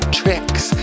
tricks